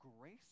grace